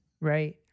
Right